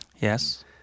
yes